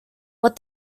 what